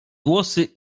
głosy